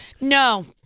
No